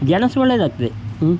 ಗೆಣಸು ಒಳ್ಳೆಯದಾಗ್ತದೆ ಹ್ಞೂ